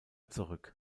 zurück